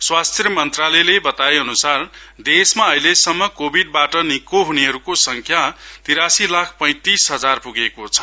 स्वास्थ्य मन्त्रालयले बताए अनुसार देशमा अहिले सम्म कोविडबाट निको हुनेहरुको संख्या तिरासी लाख पैतिस हजार पुगेको छ